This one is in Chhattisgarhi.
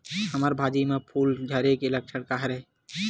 हमर भाजी म फूल झारे के लक्षण का हरय?